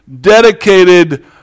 dedicated